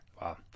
Wow